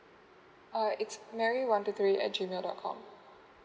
uh it's mary one two three at G mail dot com